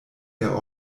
der